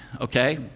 okay